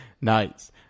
nice